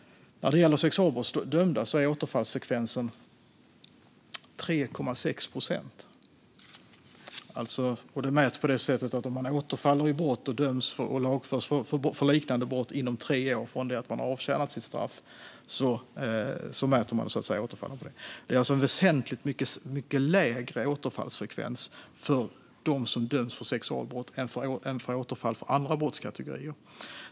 Bland sexualbrottsdömda är återfallsfrekvensen 3,6 procent. Det mäts utifrån om personen återfaller i brott och lagförs för liknande brott inom tre år från det att personen har avtjänat sitt straff. Det är alltså en väsentligt mycket lägre återfallsfrekvens för dem som döms för sexualbrott än för dömda i andra brottskategorier.